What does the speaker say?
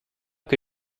que